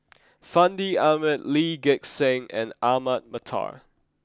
Fandi Ahmad Lee Gek Seng and Ahmad Mattar